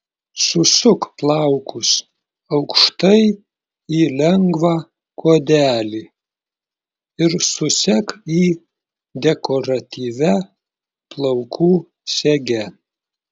susuk plaukus aukštai į lengvą kuodelį ir susek jį dekoratyvia plaukų sege